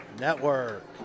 Network